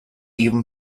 even